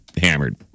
hammered